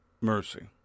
mercy